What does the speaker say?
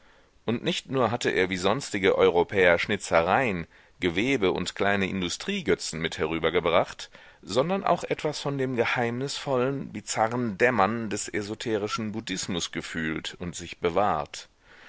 und nicht nur hatte er wie sonstige europäer schnitzereien gewebe und kleine industriegötzen mit herüber gebracht sondern auch etwas von dem geheimnisvollen bizarren dämmern des esoterischen buddhismus gefühlt und sich bewahrt